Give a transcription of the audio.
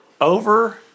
Over